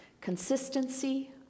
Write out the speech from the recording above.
Consistency